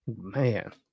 Man